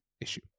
issue